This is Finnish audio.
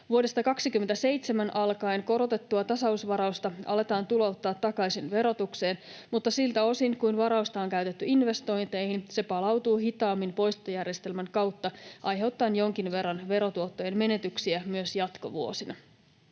Vuodesta 27 alkaen korotettua tasausvarausta aletaan tulouttaa takaisin verotukseen, mutta siltä osin kuin varausta on käytetty investointeihin, se palautuu hitaammin poistojärjestelmän kautta aiheuttaen jonkin verran verotuottojen menetyksiä myös jatkovuosina.